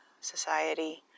society